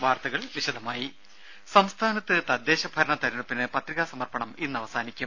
വാർത്തകൾ വിശദമായി സംസ്ഥാനത്ത് തദ്ദേശ ഭരണ തെരഞ്ഞെടുപ്പിന് പത്രികാസമർപ്പണം ഇന്ന് അവസാനിക്കും